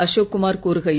அசோக்குமார் கூறுகையில்